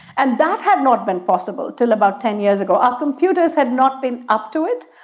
and that had not been possible until about ten years ago. our computers had not been up to it,